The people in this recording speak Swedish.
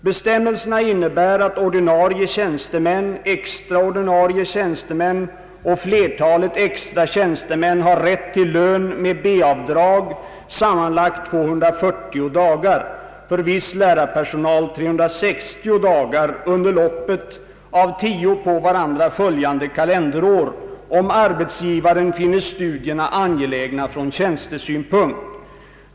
Bestämmelserna innebär att ordinarie tjänstemän, extra ordinarie tjänstemän och flertalet extra tjänstemän har rätt till lön med B-avdrag sammanlagt 240 dagar — för viss lärarpersonal 360 dagar — under loppet av tio på varandra följande kalenderår, om arbetsgivaren finner studierna angelägna från tjänstesynpunkt.